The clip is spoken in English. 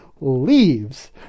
leaves